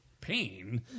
pain